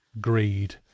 greed